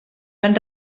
van